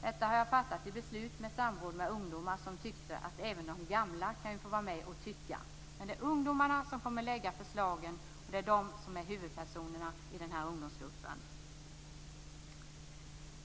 Detta har jag fattat beslut om i samråd med ungdomar som tyckte att även de gamla kan få vara med och tycka. Men det är ungdomarna som kommer att lägga fram förslagen, och det är de som är huvudpersonerna i ungdomsgruppen.